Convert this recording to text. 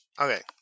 Okay